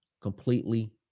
completely